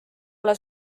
ole